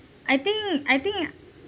I think I think